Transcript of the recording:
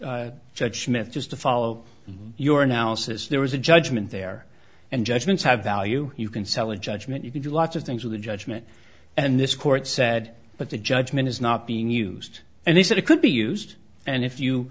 judge smith just to follow your analysis there was a judgment there and judgments have value you can sell a judgment you can do lots of things with a judgment and this court said but the judgment is not being used and they said it could be used and if you